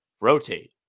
rotate